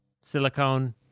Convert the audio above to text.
Silicone